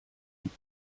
gibt